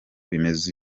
bimeze